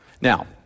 Now